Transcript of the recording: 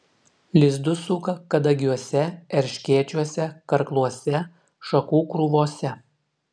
lizdus suka kadagiuose erškėčiuose karkluose šakų krūvose